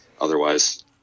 otherwise